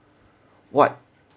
what